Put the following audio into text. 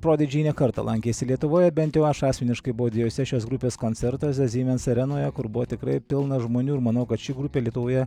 prodidži ne kartą lankėsi lietuvoje bent jau aš asmeniškai buvau dviejuose šios grupės koncertuose siemens arenoje kur buvo tikrai pilna žmonių ir manau kad ši grupė lietuvoje